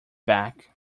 back